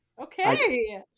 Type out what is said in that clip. Okay